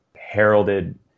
heralded